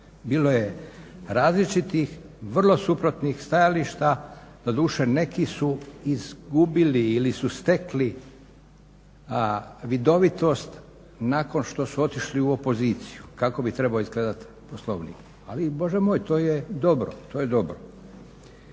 Bilo je različitih vrlo suprotnih stajališta, doduše neki su izgubili ili su stekli vidovitost nakon što su otišli u opoziciju kao bi trebalo izgledati Poslovnik. Ali Bože moj, to je dobro, to je dobro.